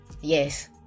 yes